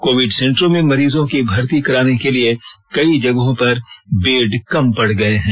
Covid सेंटरों में मरीजों की भर्ती कराने के लिए कई जगहों पर बेड कम पड़ गए हैं